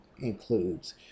includes